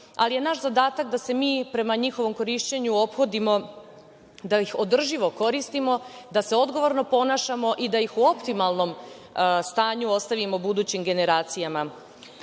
ali je naš zadatak da se mi prema njihovog korišćenju ophodimo, da ih održivo koristimo, da se odgovorno ponašamo i da ih u optimalnom stanju ostavimo budućim generacijama. Ova